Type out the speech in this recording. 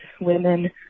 women